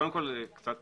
קודם כל, קצת